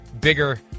bigger